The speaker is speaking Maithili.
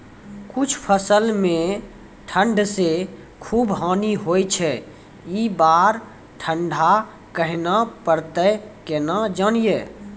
कुछ फसल मे ठंड से खूब हानि होय छैय ई बार ठंडा कहना परतै केना जानये?